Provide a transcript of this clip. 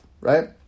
right